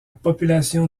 population